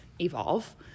evolve